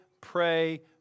pray